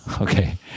okay